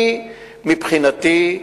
מבחינתי,